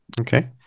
Okay